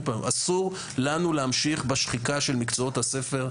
כאן היום: אסור לנו להמשיך בשחיקה של מקצועות הספר,